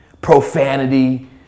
profanity